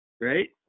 Right